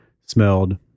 smelled